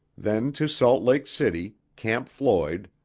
then to salt lake city, camp floyd,